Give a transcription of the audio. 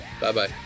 Bye-bye